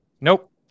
nope